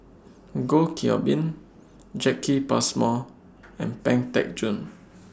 Goh Qiu Bin Jacki Passmore and Pang Teck Joon